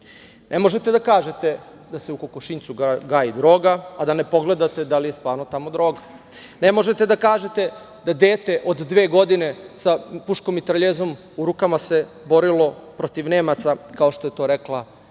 možete da kažete da se u kokošinjcu gaji droga, a da ne pogledate da li je stvarno tamo droga. Ne možete da kažete da dete od dve godine sa puškomitraljezom u rukama se borilo protiv Nemaca, kao što je to rekla gospođa